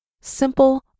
simple